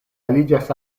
aliĝas